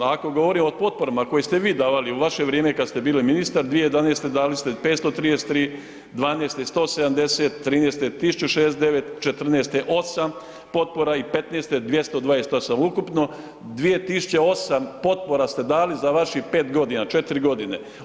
A ako govorimo o potporama koje ste vi davali u vaše vrijeme kad ste bili ministar, 2011. dali ste 533, '12. 170, '13. 1068, '14. 8 potpora i '15. 228 ukupno 2 008 potpora ste dali za vaših 5 godina, 4 godine.